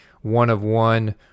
one-of-one